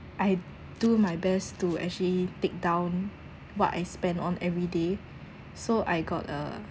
I do my best to actually take down what I spend on every day so I got a